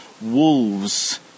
wolves